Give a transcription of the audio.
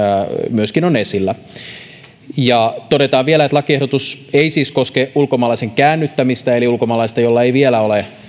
myöskin on esillä todetaan vielä että lakiehdotus ei siis koske ulkomaalaisen käännyttämistä eli ulkomaalaista jolla ei vielä ole